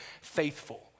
faithful